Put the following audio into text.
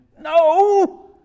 no